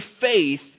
faith